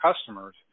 customers